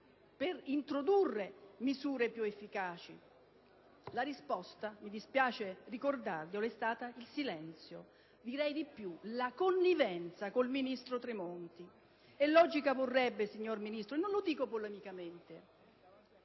di introdurre misure più efficaci. La risposta, mi dispiace ricordarglielo, è stata il silenzio, anzi la connivenza con il ministro Tremonti. Logica vorrebbe, signor Ministro - non lo dico in chiave